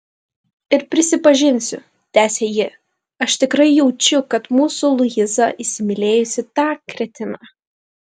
ir prisipažinsiu tęsė ji aš tikrai jaučiu kad mūsų luiza įsimylėjusi tą kretiną